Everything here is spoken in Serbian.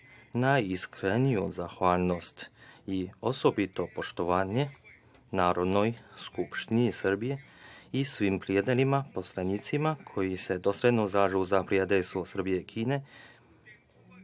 najiskreniju zahvalnost i osobito poštovanje Narodnoj skupštini Srbije i svim prijateljima, poslanicima koji se dosledno zalažu za prijateljstvo Srbije i Kine.